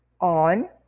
on